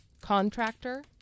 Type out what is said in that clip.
contractor